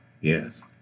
yes